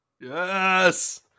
Yes